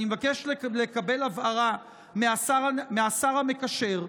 אני מבקש לקבל הבהרה מהשר המקשר,